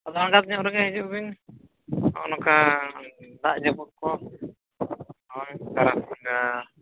ᱟᱫᱚ ᱟᱲᱜᱟᱛ ᱧᱚᱜ ᱨᱮᱜᱮ ᱦᱤᱡᱩᱜ ᱵᱤᱱ ᱚᱱᱠᱟ ᱫᱟᱜ ᱡᱟᱹᱯᱩᱫ ᱠᱚ ᱦᱳᱭ ᱛᱟᱨᱟᱥᱤᱧ ᱵᱮᱲᱟ